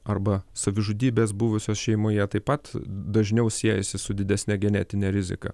arba savižudybės buvusios šeimoje taip pat dažniau siejasi su didesne genetine rizika